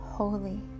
Holy